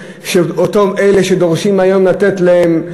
כשאותם אלה שדורשים היום לתת להם,